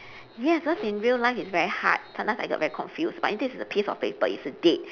yes because in real life it's very hard sometimes I get very confused but it's just a piece of paper it's a dead